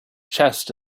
chest